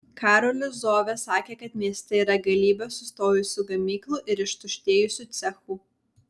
karolis zovė sakė kad mieste yra galybė sustojusių gamyklų ir ištuštėjusių cechų